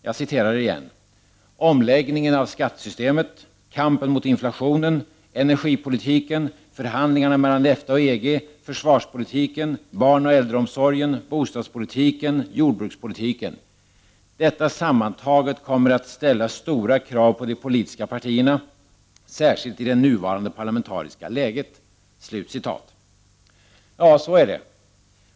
Jag citerar igen ur regeringsförklaringen: Detta sammantaget kommer att ställa stora krav på de politiska partierna, särskilt i det nuvarande parlamentariska läget.” Ja, så är det.